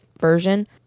version